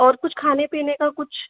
और कुछ खाने पीने का कुछ